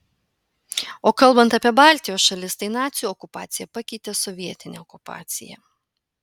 o kalbant apie baltijos šalis tai nacių okupacija pakeitė sovietinę okupaciją